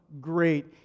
Great